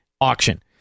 auction